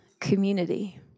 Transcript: community